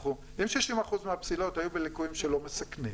אם 60% מהפסילות היו בליקוים שלא מסכנים,